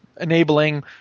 enabling